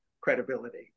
credibility